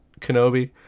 Kenobi